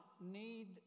need